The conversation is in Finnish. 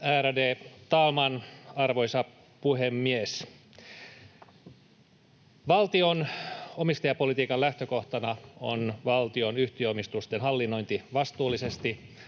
Ärade talman, arvoisa puhemies! Valtion omistajapolitiikan lähtökohtana on valtion yhtiöomistusten hallinnointi vastuullisesti,